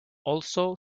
also